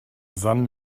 san